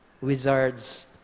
wizards